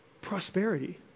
Prosperity